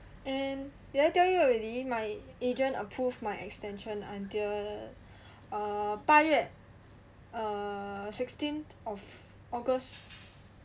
and did I tell you already my agent approved my extension until uh 八月 uh sixteenth of august